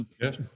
Yes